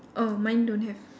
oh mine don't have